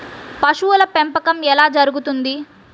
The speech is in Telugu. పశువుల పెంపకం ఎలా జరుగుతుంది?